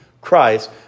Christ